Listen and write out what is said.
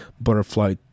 Butterfly